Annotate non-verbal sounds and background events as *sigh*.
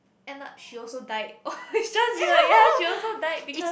end up she also died *laughs* is just weird ya she also died because